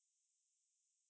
so err do you